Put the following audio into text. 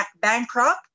bankrupt